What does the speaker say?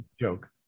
joke